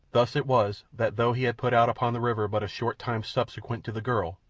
thus it was that, though he had put out upon the river but a short time subsequent to the girl,